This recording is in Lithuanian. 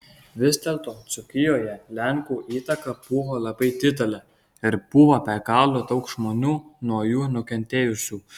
vis dėlto dzūkijoje lenkų įtaka buvo labai didelė ir buvo be galo daug žmonių nuo jų nukentėjusių